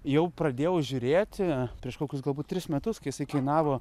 jau pradėjau žiūrėti prieš kokius galbūt tris metus kai jisai kainavo